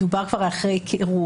מדובר כבר על אחרי היכרות,